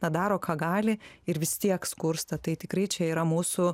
na daro ką gali ir vis tiek skursta tai tikrai čia yra mūsų